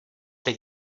teď